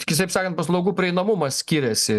kitaip sakant paslaugų prieinamumas skiriasi